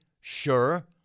Sure